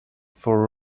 for